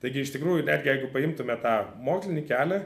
taigi iš tikrųjų netgi jeigu paimtume tą mokslinį kelią